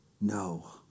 no